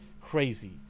crazy